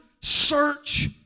search